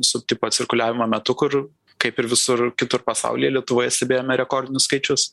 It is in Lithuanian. subtipo cirkuliavimo metu kur kaip ir visur kitur pasaulyje lietuvoje stebėjome rekordinius skaičius